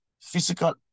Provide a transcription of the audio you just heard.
physical